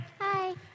Hi